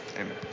Amen